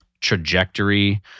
trajectory